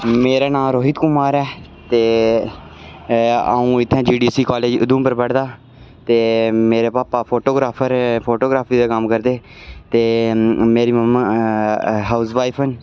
मेरा नांऽ रोहित कुमार ऐ ते अऊं इत्थै जी डी सी कालेज च उधमपुर पढ़दा ते मेरे पापा फोटोग्राफर फोटोग्राफी दा कम्म करदे ते मेरी मम्मी हाउस वाईफ न